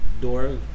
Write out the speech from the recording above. door